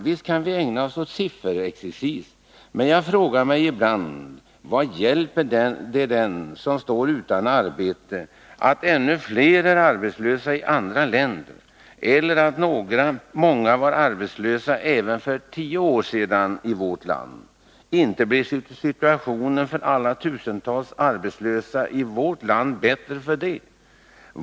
Visst kan vi ägna oss åt sifferexercis, men jag frågar mig ibland: Vad hjälper det den som står utan arbete att ännu fler är arbetslösa i andra länder, eller att många var arbetslösa även för tio år sedan i vårt land? Inte blir situationen för alla tusentals arbetslösa i vårt land i dag bättre för det.